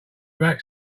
back